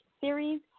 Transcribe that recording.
series